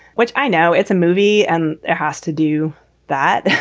which i know it's a movie and it has to do that.